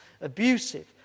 abusive